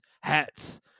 hats